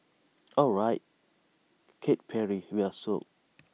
alright Katy Perry we're sold